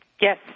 Yes